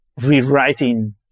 rewriting